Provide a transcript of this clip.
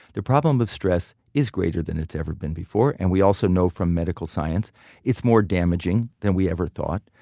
the problem with stress is greater than it's ever been before. and we also know from medical science it's more damaging than we ever thought.